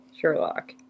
Sherlock